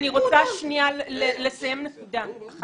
אני רוצה שנייה לסיים נקודה אחת.